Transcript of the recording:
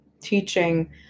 teaching